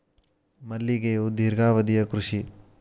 ಮಲ್ಲಿಗೆಯು ದೇರ್ಘಾವಧಿಯ ಕೃಷಿ